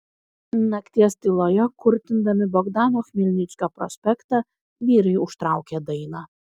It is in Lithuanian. nakties tyloje kurtindami bogdano chmelnickio prospektą vyrai užtraukė dainą